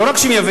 לא רק שמייבאים,